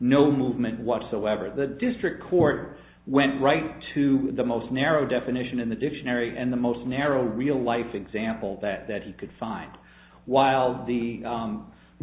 no movement whatsoever the district court went right to the most narrow definition in the dictionary and the most narrow real life example that that you could find while the